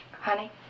Honey